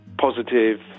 positive